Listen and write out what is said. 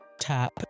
tap